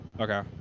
Okay